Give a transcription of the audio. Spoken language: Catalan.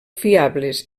fiables